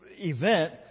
event